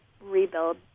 rebuild